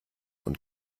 und